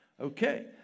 Okay